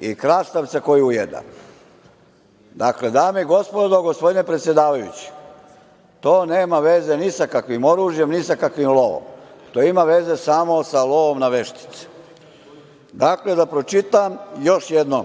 i krastavca koji ujeda. Dakle, dame i gospodo, gospodine predsedavajući, to nema veze ni sa kakvim oružjem, ni sa kakvim lovom. To ima veze samo sa lovom na veštice. Da pročitam još jednom